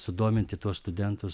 sudominti tuos studentus